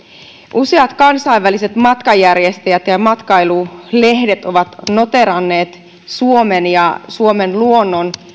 useat kansainväliset matkanjärjestäjät ja matkailulehdet ovat noteeranneet suomen ja suomen luonnon